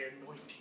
anointing